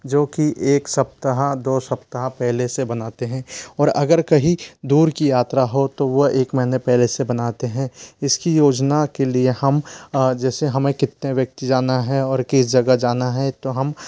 जो कि एक सप्ताह दो सप्ताह पहले से बनाते हैं और अगर कहीं दूर की यात्रा हो तो वो एक महीने पहले से बनाते हैं इसकी योजना के लिए हम जैसे हमें कितने व्यक्ति जाना है और किस जगह जाना है तो हम